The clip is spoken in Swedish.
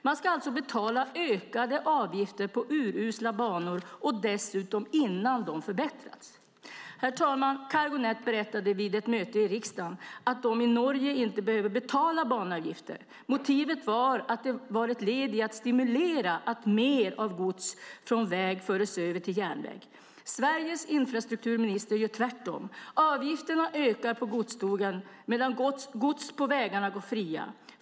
Man ska alltså betala ökade avgifter på urusla banor och dessutom innan de har förbättrats! Herr talman! Cargo Net berättade vid ett möte i riksdagen att de i Norge inte behövde betala banavgifter. Motivet var att det var ett led i att stimulera att mer av gods från väg fördes över till järnväg. Sveriges infrastrukturminister gör tvärtom. Avgifterna ökar för godstågen medan gods på vägarna går fria.